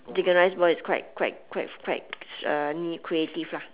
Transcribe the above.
chicken rice ball is quite quite quite quite niche creative lah